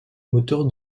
moteur